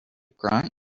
grunt